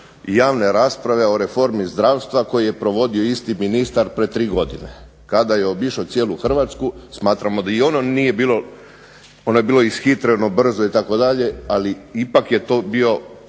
javne rasprave o reformi zdravstva koju je provodio isti ministar prije tri godine, kada je obišao cijelu Hrvatsku. Smatramo da ono nije bilo, ono je bilo ishitreno, brzo, ali ipak je to bio